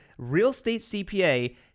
RealEstateCPA